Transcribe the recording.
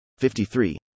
53